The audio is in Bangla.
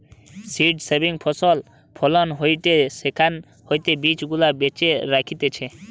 সীড সেভিং ফসল ফলন হয়টে সেখান হইতে বীজ গুলা বেছে রাখতিছে